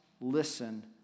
listen